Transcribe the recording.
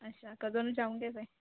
ਅੱਛਾ ਕਦੋਂ ਨੂੰ ਜਾਊਂਗੇ ਫਿਰ